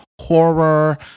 horror